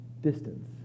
distance